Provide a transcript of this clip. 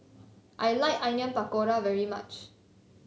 I like Onion Pakora very much